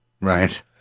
Right